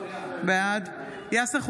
בעד יאסר חוג'יראת,